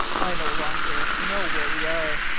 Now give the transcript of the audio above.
i no longer know where we are.